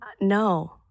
No